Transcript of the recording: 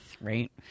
right